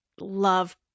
love